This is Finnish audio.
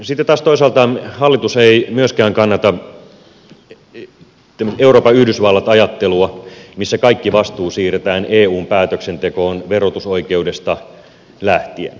sitten taas toisaalta hallitus ei myöskään kannata euroopan yhdysvallat ajattelua missä kaikki vastuu siirretään eun päätöksentekoon verotusoikeudesta lähtien